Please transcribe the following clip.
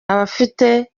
abafite